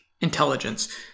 intelligence